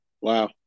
Wow